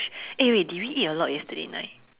eh wait did we eat a lot yesterday night